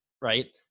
right